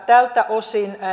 tältä osin